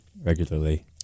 regularly